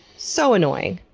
so annoying.